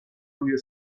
روی